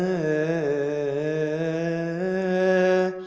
a